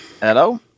Hello